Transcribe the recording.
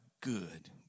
good